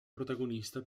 protagonista